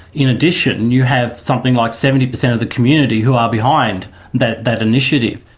in addition you have something like seventy percent of the community who are behind that that initiative.